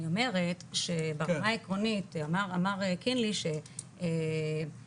אני אומרת שברמה העקרונית אמר קינלי שבגרות